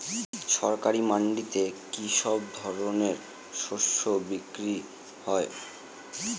সরকারি মান্ডিতে কি সব ধরনের শস্য বিক্রি হয়?